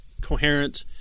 coherent